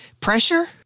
pressure